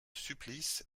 supplice